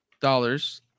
dollars